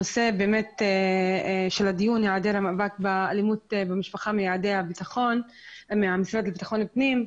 הנושא של הדיון היעדר המאבק באלימות במשפחה מיעדיי המשרד לביטחון פנים,